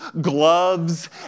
gloves